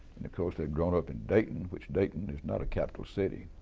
and of course they had grown up in dayton, which dayton is not a capital city,